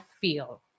feel